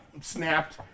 snapped